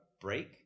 break